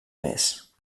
mes